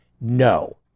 No